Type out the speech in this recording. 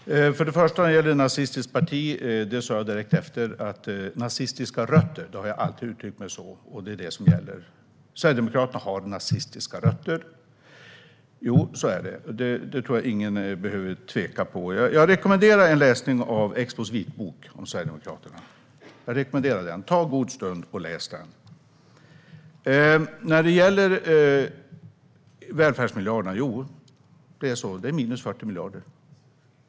Fru talman! När det gäller att Sverigedemokraterna är ett nazistiskt parti sa jag direkt efteråt att partiet har nazistiska rötter. Jag har alltid uttryckt mig så, och det är det som gäller. Sverigedemokraterna har nazistiska rötter; så är det. Det tror jag inte att någon behöver tvivla på. Jag rekommenderar läsning av Expos vitbok om Sverigedemokraterna. Ta en god stund för att läsa den! När det gäller välfärdsmiljarderna handlar det om minus 40 miljarder.